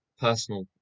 personal